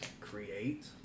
create